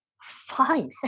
fine